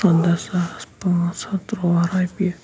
ژۄداہ ساس پانٛژھ ہَتھ تُرٛواہ رۄپیہِ